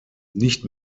nicht